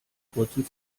kurzen